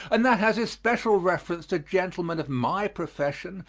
and that has especial reference to gentlemen of my profession,